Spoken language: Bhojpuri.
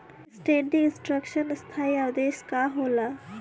स्टेंडिंग इंस्ट्रक्शन स्थाई आदेश का होला?